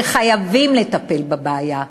שחייבים לטפל בבעיה.